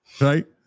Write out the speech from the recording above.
Right